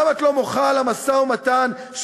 למה את לא מוחה על המשא-ומתן שיושב-ראש